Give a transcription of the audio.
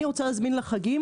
אם אני רוצה להזמין חופשה לחגים